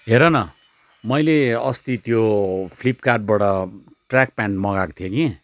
हेर न मैले अस्ति त्यो फ्लिपकार्टबाट ट्र्याक प्यान्ट मगाएको थिएँ कि